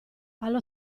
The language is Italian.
allo